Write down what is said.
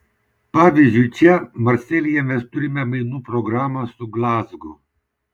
pavyzdžiui čia marselyje mes turime mainų programą su glazgu